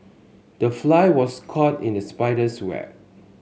the fly was caught in the spider's web